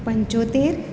પંચોતેર